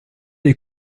des